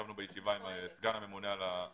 ישבנו בישיבה עם סגן הממונה על המשכורות.